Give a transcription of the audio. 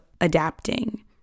adapting